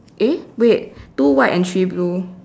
eh wait two white and three blue